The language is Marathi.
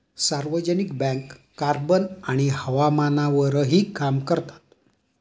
सार्वजनिक बँक कार्बन आणि हवामानावरही काम करतात